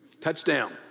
touchdown